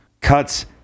Cuts